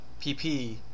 PP